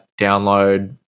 download